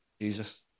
Jesus